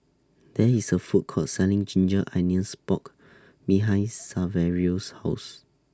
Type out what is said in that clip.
There IS A Food Court Selling Ginger Onions Pork behind Saverio's House